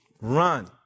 Run